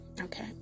Okay